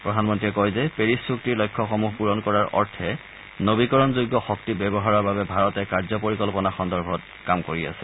প্ৰধানমন্ত্ৰীয়ে কয় যে পেৰিচ চুক্তিৰ লক্ষ্যসমূহ পূৰণ কৰাৰ অৰ্থে নবীকৰণ যোগ্য শক্তি ব্যৱহাৰৰ বাবে ভাৰতে কাৰ্যপৰিকল্পনা সন্দৰ্ভত কাম কৰি আছে